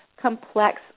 complex